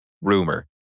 rumor